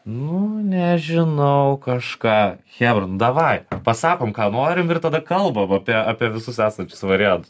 nu nežinau kažką chebra nu davai pasakom ką norim ir tada kalbam apie apie visus esančius variantus